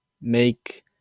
make